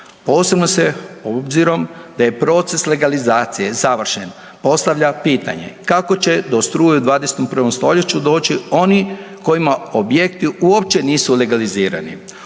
Posebno se obzirom da je proces legalizacije završen postavlja pitanje kako će do struje u 21. stoljeću doći oni kojima objekti uopće nisu legalizirani.